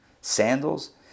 Sandals